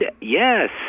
Yes